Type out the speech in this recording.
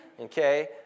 okay